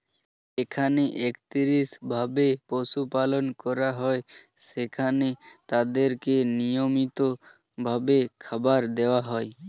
যেখানে একত্রিত ভাবে পশু পালন করা হয়, সেখানে তাদেরকে নিয়মিত ভাবে খাবার দেওয়া হয়